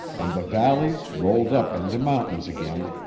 and the valleys rolled up into mountains again,